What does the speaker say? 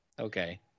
Okay